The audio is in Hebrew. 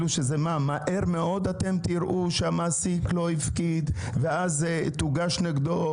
האם מהר מאוד תראו שהמעסיק לא הפקיד ואז תוגש נגדו